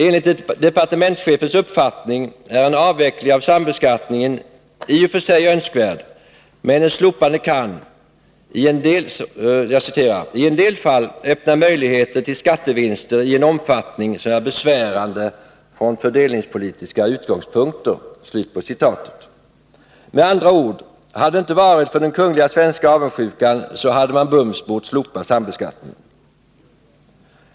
Enligt departementschefens uppfattning är en avveckling av sambeskattningen i och för sig önskvärd, men ett slopande kan ”i en del fall öppna möjligheter till skattevinster i en omfattning som är besvärande från fördelningspolitiska utgångspunkter”. Med andra ord: hade det inte varit för den kungliga svenska avundsjukan, så hade man bums bort slopa sambeskattningen.